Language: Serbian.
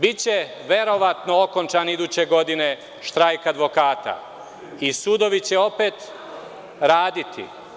Biće verovatno okončan iduće godine štrajk advokata i sudovi će opet raditi.